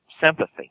sympathy